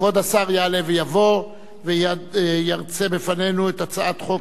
כבוד השר יעלה ויבוא וירצה בפנינו על הצעת חוק